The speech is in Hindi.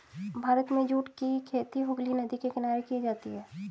भारत में जूट की खेती हुगली नदी के किनारे की जाती है